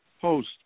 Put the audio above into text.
host